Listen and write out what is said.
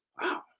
Wow